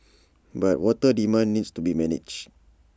but water demand needs to be managed